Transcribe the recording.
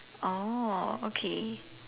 oh okay